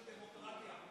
של דמוקרטיה.